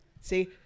see